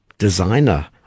designer